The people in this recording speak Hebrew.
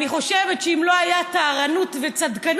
אני חושבת שאם לא היו טהרנות וצדקנות,